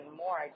more